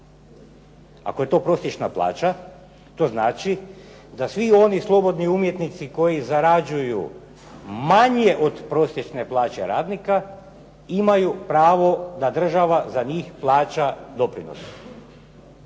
Ako je to prosječna plaća, to znači da svi oni slobodni umjetnici koji zarađuju manje od prosječne plaće radnika, imaju pravo da za njih država plaća doprinose.